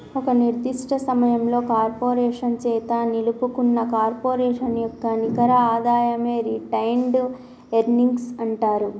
ఒక నిర్దిష్ట సమయంలో కార్పొరేషన్ చేత నిలుపుకున్న కార్పొరేషన్ యొక్క నికర ఆదాయమే రిటైన్డ్ ఎర్నింగ్స్ అంటరు